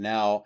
Now